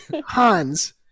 Hans